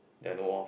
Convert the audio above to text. then